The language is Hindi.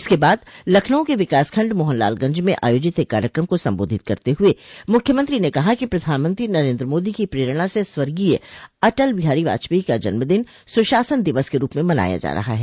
इसके बाद लखनऊ के विकास खंड मोहनलालगंज में आयोजित एक कार्यक्रम को सम्बोधित करते हुए मुख्यमंत्री ने कहा कि प्रधानमंत्री नरेन्द्र मोदी की प्रेरणा से स्वर्गीय अटल बिहारी वाजपेयी का जन्मदिन सुशासन दिवस के रूप में मनाया जा रहा है